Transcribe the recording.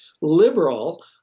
liberal